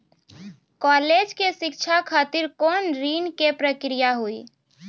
College के शिक्षा खातिर कौन ऋण के प्रक्रिया हुई?